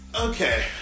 Okay